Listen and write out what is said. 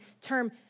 term